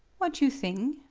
what you thing?